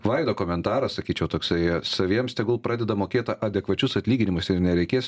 vaido komentaras sakyčiau toksai saviems tegul pradeda mokėt adekvačius atlyginimus ir nereikės